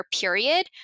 period